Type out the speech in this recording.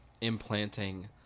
implanting